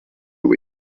lui